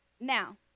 Now